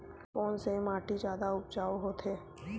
कोन से माटी जादा उपजाऊ होथे?